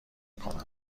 کنم